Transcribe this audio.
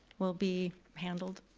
will be handled.